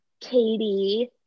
Katie